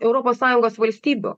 europos sąjungos valstybių